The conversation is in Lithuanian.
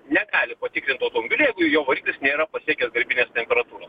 negali patikrint automobilio jo variklis nėra pasiekęs darbinės temperatūros